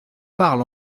parle